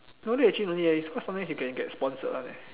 no need actually no need leh is cause sometimes you can get sponsored [one]